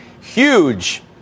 huge